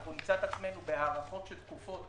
אנחנו נמצא את עצמנו בהארכות של תקופות.